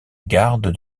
garde